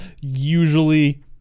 usually